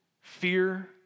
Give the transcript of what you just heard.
fear